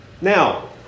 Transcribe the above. Now